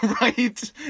right